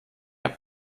habt